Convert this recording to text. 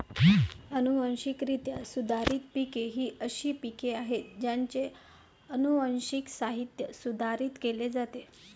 अनुवांशिकरित्या सुधारित पिके ही अशी पिके आहेत ज्यांचे अनुवांशिक साहित्य सुधारित केले जाते